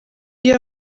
iyo